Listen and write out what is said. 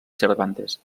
cervantes